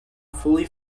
fully